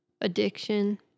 addiction